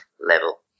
level